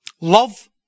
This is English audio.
Love